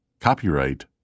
Copyright